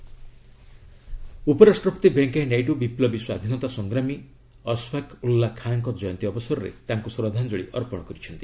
VP ଅଶଫାକ Ulla Khan ଉପରାଷ୍ଟ୍ରପତି ଭେଙ୍କିୟାନାଇଡୁ ବିପ୍ଲବୀ ସ୍ୱାଧୀନତା ସଂଗ୍ରାମୀ ଅଶଫାକ୍ ଉଲ୍ଲା ଖାନ୍ଙ୍କ ଜୟନ୍ତୀ ଅବସରରେ ତାଙ୍କୁ ଶ୍ରଦ୍ଧାଞ୍ଜଳି ଅର୍ପଣ କରିଛନ୍ତି